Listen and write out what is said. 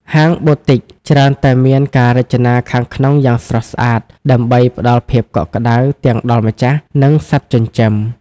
ហាង Boutique ច្រើនតែមានការរចនាខាងក្នុងយ៉ាងស្រស់ស្អាត ដើម្បីផ្ដល់ភាពកក់ក្ដៅទាំងដល់ម្ចាស់ និងសត្វចិញ្ចឹម។